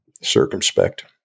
circumspect